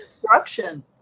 Construction